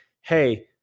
hey